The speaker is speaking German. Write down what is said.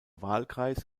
wahlkreis